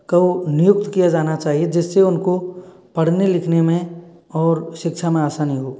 का नियुक्त किया जाना चाहिए जिससे उनको पढ़ने लिखने में और शिक्षा में आसानी हो